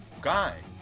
guy